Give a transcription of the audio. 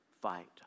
fight